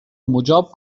مجاب